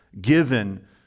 given